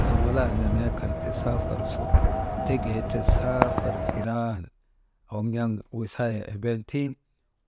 Zumulaa neneekan ti saafar su teket saafar ziran, waŋ an wisaaye emben ti